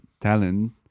talent